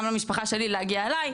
גם למשפחה שלי להגיע אליי.